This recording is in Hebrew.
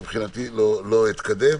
מבחינתי, לא אתקדם.